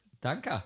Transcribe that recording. Danke